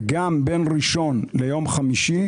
וגם בין ראשון ליום חמישי,